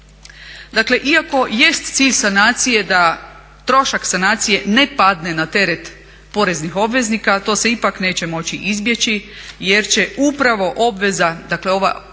Dakle, iako jest cilj sanacije da trošak sanacije ne padne na teret poreznih obveznika to se ipak neće moći izbjeći jer će upravo obveza, dakle ova obveza